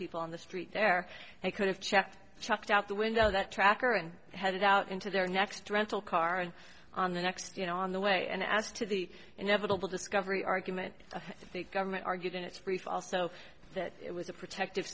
people on the street there they could have checked chucked out the window that tracker and headed out into their next rental car and on the next you know on the way and as to the inevitable discovery argument of the government argued in its brief also that it was a protective